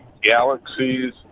Galaxies